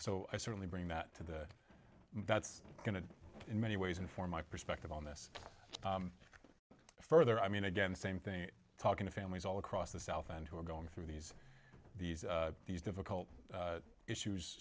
so i certainly bring that to the that's going to in many ways inform my perspective on this further i mean again the same thing talking to families all across the south and who are going through these these these difficult issues